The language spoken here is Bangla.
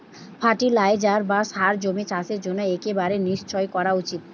ফার্টিলাইজার বা সার জমির চাষের জন্য একেবারে নিশ্চই করা উচিত